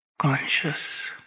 Conscious